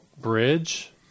bridge